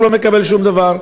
הוא לא מקבל שום דבר.